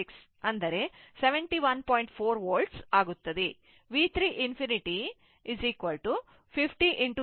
V 3 ∞ 0 50 0 0 volt ಆಗುತ್ತದೆ